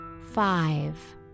five